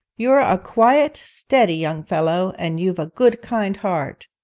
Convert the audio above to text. you're a quiet steady young fellow, and you've a good kind heart.